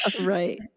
Right